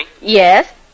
Yes